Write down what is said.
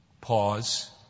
Pause